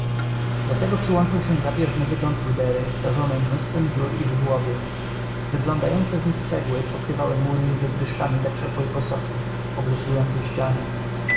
do tego przyłączył się drapieżny wygląd rudery skażonej mnóstwem dziur i wyżłobień wyglądające z nich cegły pokrywały mury niby pryszczami zakrzepłej posoki obryzgującej ściany